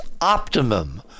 optimum